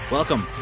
Welcome